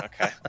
Okay